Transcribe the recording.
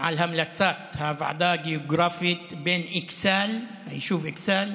על המלצת הוועדה הגיאוגרפית בין היישוב אכסאל